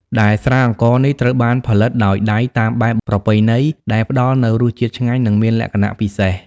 ដែលស្រាអង្ករនេះត្រូវបានផលិតដោយដៃតាមបែបប្រពៃណី ដែលផ្តល់នូវរសជាតិឆ្ងាញ់ និងមានលក្ខណៈពិសេស។